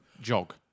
jog